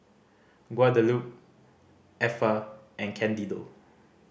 Guadalupe Effa and Candido